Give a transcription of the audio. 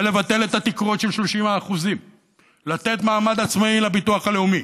ולבטל את התקרות של 30%. לתת מעמד עצמאי לביטוח הלאומי,